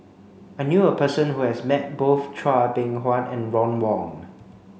I knew a person who has met both Chua Beng Huat and Ron Wong